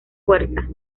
fuerza